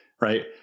right